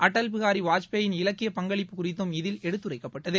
அடல் பிகாரி வாஜ்பாயின் இலக்கிய பங்களிப்பு குறித்தும் இதில் எடுத்துரைக்கப்பட்டது